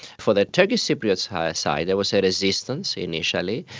for the turkish cypriot side side there was a resistance initially.